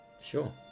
Sure